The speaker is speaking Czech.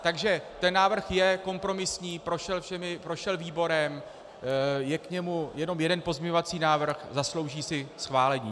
Takže ten návrh je kompromisní, prošel výborem, je k němu jenom jeden pozměňovací návrh, zaslouží si schválení.